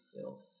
self